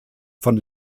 von